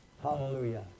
Hallelujah